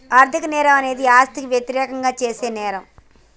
ఆర్థిక నేరం అనేది ఆస్తికి వ్యతిరేకంగా చేసిన నేరం